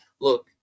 Look